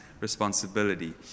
responsibility